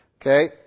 Okay